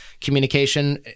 communication